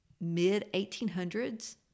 mid-1800s